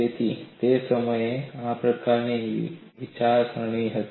તેથી તે સમયે આ પ્રકારની વિચારસરણી હતી